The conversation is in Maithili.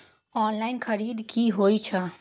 ऑनलाईन खरीद की होए छै?